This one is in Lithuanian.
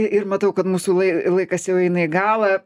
ir matau kad mūsų lai laikas jau eina į galą